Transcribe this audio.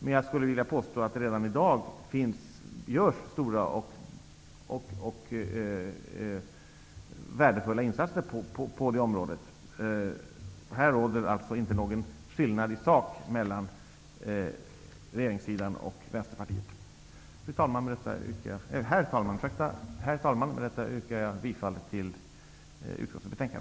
Men jag skulle vilja påstå att det redan i dag görs stora och värdefulla insatser på det området. Här råder alltså inte någon skillnad i sak mellan regeringssidan och Vänsterpartiet. Herr talman! Med detta yrkar jag bifall till utskottets hemställan.